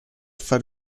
far